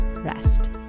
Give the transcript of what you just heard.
rest